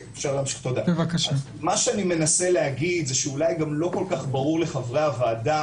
מה שאני מנסה להגיד זה שאולי גם לא כל כך ברור לחברי הועדה,